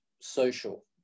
social